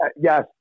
Yes